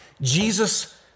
Jesus